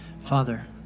Father